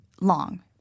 long